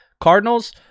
Cardinals